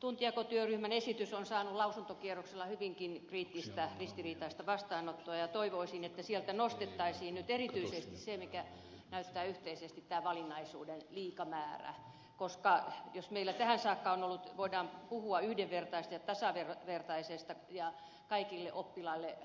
tuntijakotyöryhmän esitys on saanut lausuntokierroksella hyvinkin kriittistä ristiriitaista vastaanottoa ja toivoisin että sieltä nostettaisiin nyt erityisesti tämä valinnaisuuden liika määrä koska jos meillä tähän saakka on ollut voidaan puhua yhdenvertainen ja tasavertainen ja kaikille oppilaille